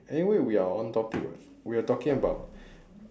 anyway we are on topic [what] we're talking about